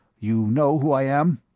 you know who i am?